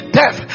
death